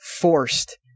forced